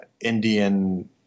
Indian